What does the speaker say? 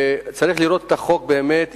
לראות את החוק באמת,